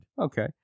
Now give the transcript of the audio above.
Okay